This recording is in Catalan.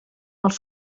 els